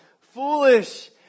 foolish